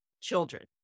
children